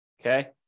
Okay